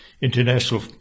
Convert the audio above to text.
international